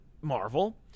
Marvel